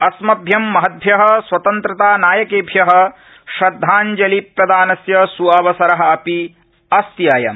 अस्मभ्यम् महद्भ्य स्वतन्त्रतानायकेभ्य श्रद्धांजलि प्रदानस्य स् अवसर अयम्